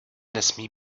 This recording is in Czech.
nesmí